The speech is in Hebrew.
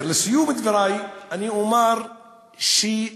מה השורה